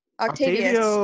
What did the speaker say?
Octavius